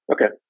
Okay